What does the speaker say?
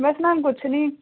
ਬਸ ma'am ਕੁਛ ਨਹੀਂ